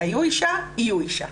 היו אישה יהיו אישה.